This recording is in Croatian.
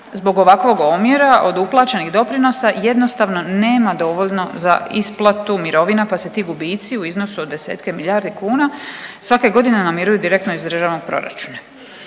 Zbog ovakvog omjera od uplaćenih doprinosa jednostavno nema dovoljno za isplatu mirovina pa se ti gubici u iznosu od desetke milijardi kuna svake godine namiruju direktno iz Državnog proračuna.